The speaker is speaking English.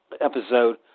episode